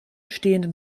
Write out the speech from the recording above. stehenden